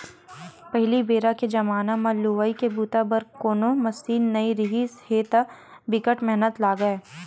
पहिली बेरा के जमाना म लुवई के बूता बर कोनो मसीन नइ रिहिस हे त बिकट मेहनत लागय